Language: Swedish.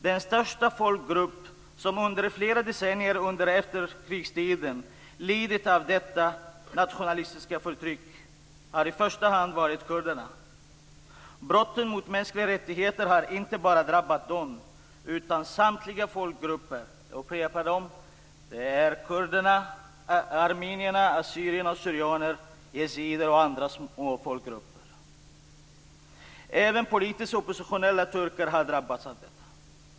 Den största folkgrupp som under flera decennier under efterkrigstiden lidit av detta nationalistiska förtryck har varit kurderna. Brotten mot de mänskliga rättigheterna har inte bara drabbat dem utan samtliga folkgrupper. Jag upprepar dem. Det är kurderna, armenierna, assyrierna, syrianer, yazidier och andra folkgrupper. Även politiskt oppositionella turkar har drabbats av detta.